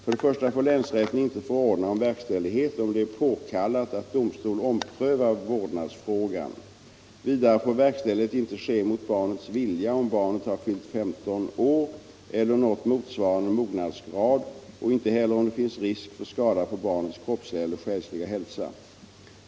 För det första får länsrätten inte förordna om verkställighet, om det är påkallat att domstol omprövar vårdnadsfrågan. Vidare får verkställighet inte ske mot barnets vilja, om barnet har fyllt 15 år eler nått motsvarande mognadsgrad och inte heller om det finns risk för skada på barnets kroppsliga eller själsliga hälsa.